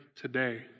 today